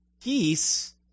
peace